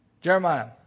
Jeremiah